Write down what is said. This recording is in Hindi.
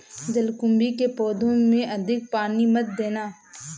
जलकुंभी के पौधों में अधिक पानी मत देना